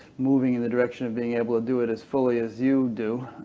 moving in the direction of being able to do it as fully as you do.